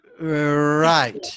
Right